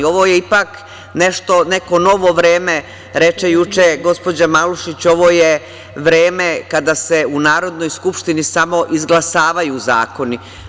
Ovo je ipak neko novo vreme, reče juče gospođa Malušić, ovo je vreme kada se u Narodnoj skupštini samo izglasavaju zakoni.